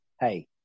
Hey